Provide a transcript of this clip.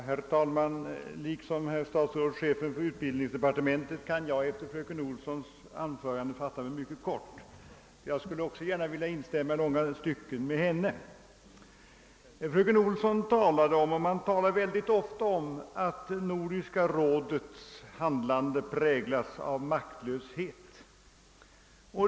Herr talman! Liksom herr statsrådet och chefen för utbildningsdepartementet kan jag efter fröken Olssons anförande fatta mig kort. Jag skulle också gärna i långa stycken vilja instämma med henne. Fröken Olsson talade om — och man talar mycket ofta om det — att Nordiska rådets handlande präglas av maktlöshet.